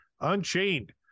Unchained